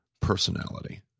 personality